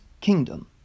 kingdom